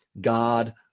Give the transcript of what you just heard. God